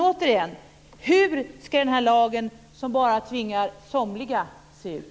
Återigen: Hur ska denna lag, som bara tvingar somliga, se ut?